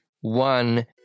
one